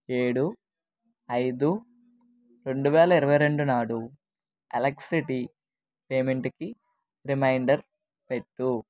ఏడు ఐదు రెండు వేల ఇరవై రెండు నాడు ఎలక్స్స్రిటీ పేమెంటికి రిమైండర్ పెట్టు